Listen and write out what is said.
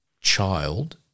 child